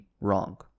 wrong